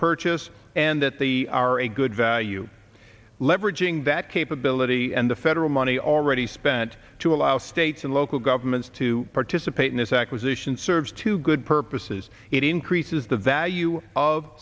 purchase and that they are a good value leveraging that capability and the federal money already spent to allow states and local governments to participate in this acquisition serves two good purposes it increases the value of